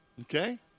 okay